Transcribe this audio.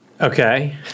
Okay